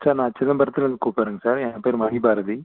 sir நான் சிதம்பரத்துலேருந்து கூப்பிட்றேங்க சார் என் பேர் மணி பாரதி